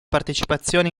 partecipazione